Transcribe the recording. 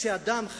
כשאדם,